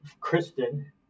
Kristen